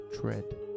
tread